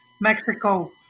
Mexico